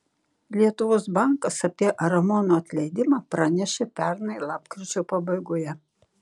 lietuvos bankas apie ramono atleidimą pranešė pernai lapkričio pabaigoje